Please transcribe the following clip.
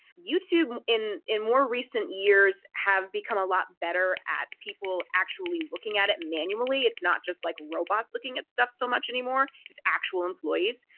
youtube, in in more recent years have become a lot better at people actually looking at it manually. it's not just like robots looking at stuff so much anymore. it's actual employees.